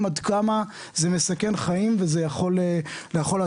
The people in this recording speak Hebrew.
עד כמה זה מסכן חיים וזה יכול להציל,